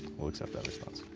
ll accept that response.